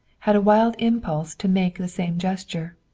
had a wild impulse to make the same gesture.